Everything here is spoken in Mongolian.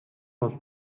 бол